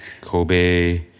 Kobe